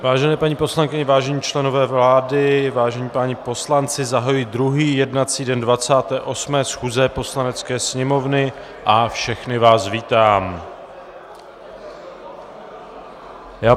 Vážené paní poslankyně, vážení členové vlády, vážení páni poslanci, zahajuji druhý jednací den 28. schůze Poslanecké sněmovny a všechny vás vítám.